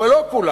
אבל לא כולם,